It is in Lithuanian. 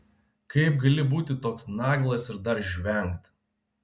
kaip gali būti toks naglas ir dar žvengt